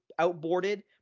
outboarded